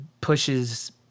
pushes